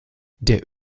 der